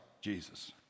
Jesus